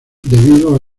debido